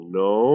no